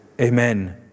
amen